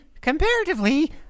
comparatively